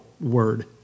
word